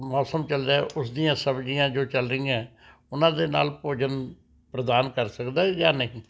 ਮੌਸਮ ਚੱਲ ਰਿਹਾ ਹੈ ਉਸ ਦੀਆਂ ਸਬਜ਼ੀਆਂ ਜੋ ਚੱਲ ਰਹੀਆਂ ਉਹਨਾਂ ਦੇ ਨਾਲ਼ ਭੋਜਨ ਪ੍ਰਦਾਨ ਕਰ ਸਕਦਾ ਹੈ ਜਾਂ ਨਹੀਂ